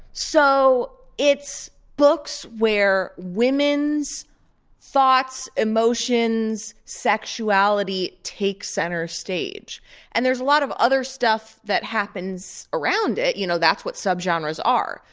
so it's books where women's thoughts, emotions, sexuality, take centre stage and there's a lot of other stuff that happens around it, you know, that's what subgenres are.